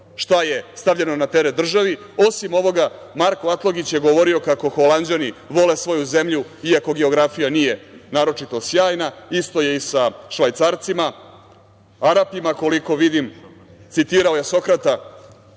šta je stavljeno na teret državi, osim ovoga Marko Atlagić je govorio kako Holanđani vole svoju zemlju iako geografija nije naročito sjajna, isto je i sa Švajcarcima, Arapima koliko vidim, citirao je Sokrata.